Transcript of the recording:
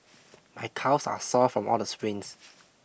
my calves are sore from all the sprints